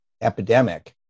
epidemic